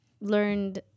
learned